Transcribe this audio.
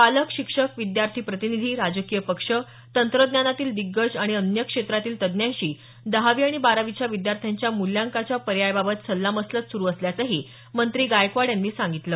पालक शिक्षक विद्यार्थी प्रतिनिधी राजकीय पक्ष तंत्रज्ञानातील दिग्गज आणि अन्य क्षेत्रातील तज्ज्ञांशी दहावी आणि बारावीच्या विद्यार्थ्यांच्या मूल्यांकच्या पर्यायाबात सल्लामसलत सुरु असल्याचंही मंत्री गायकवाड यांनी सांगितलं